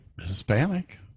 Hispanic